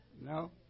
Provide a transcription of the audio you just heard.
No